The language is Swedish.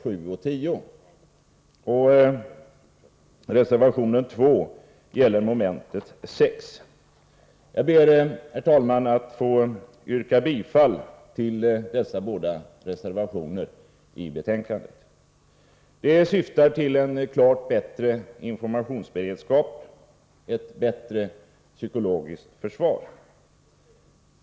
Jag ber, herr talman, att få yrka bifall till dessa båda reservationer i betänkandet. De syftar till en klart bättre informationsberedskap, ett psykologiskt försvar.